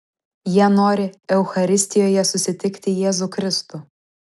jie nori eucharistijoje susitikti jėzų kristų